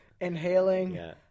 Inhaling